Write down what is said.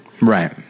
Right